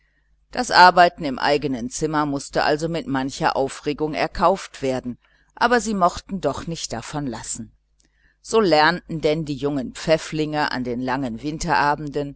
das arbeiten im eigenen zimmer mußte also mit mancher aufregung erkauft werden aber sie mochten doch nicht davon lassen so lernten denn die jungen pfäfflinge an den langen winterabenden